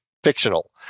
fictional